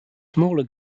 smaller